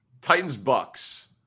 Titans-Bucks